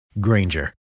Granger